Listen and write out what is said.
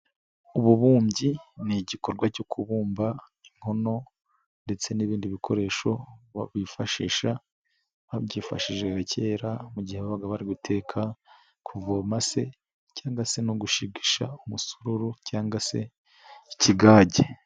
Ububumbyi ni igikorwa cyo kubumba inkono, ndetse n'ibindi bikoresho wabifashisha babyifashishije kera mu gihe babaga bari guteka, kuvoma se, cyangwa se no gushigisha umusururu, cyangwa se ikigage.